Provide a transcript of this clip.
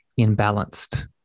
imbalanced